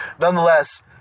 nonetheless